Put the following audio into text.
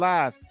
Live